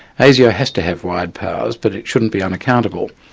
asio has to have wide powers, but it shouldn't be unaccountable.